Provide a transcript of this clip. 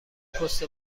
پست